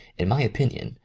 in my opinion,